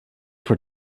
for